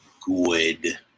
good